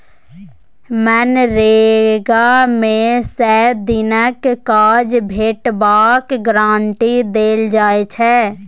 मनरेगा मे सय दिनक काज भेटबाक गारंटी देल जाइ छै